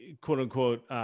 quote-unquote